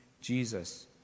Jesus